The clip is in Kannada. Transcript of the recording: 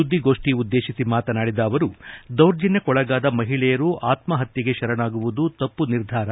ಸುದ್ದಿಗೋಷ್ಠಿ ಉದ್ದೇಶಿಸಿ ಮಾತನಾಡಿದ ಅವರು ದೌರ್ಜನ್ಯಕ್ಕೊಳಗಾದ ಮಹಿಳೆಯರು ಆತ್ಮಹತ್ಯೆಗೆ ಶರಣಾಗುವುದು ತಪ್ಪು ನಿರ್ಧಾರ